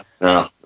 No